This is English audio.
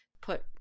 put